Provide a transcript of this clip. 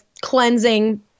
cleansing